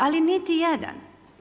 Ali niti jedan.